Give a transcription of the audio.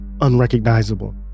unrecognizable